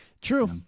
True